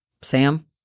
Sam